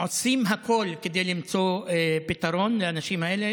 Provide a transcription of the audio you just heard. עושים הכול כדי למצוא פתרון לאנשים האלה,